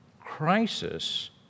crisis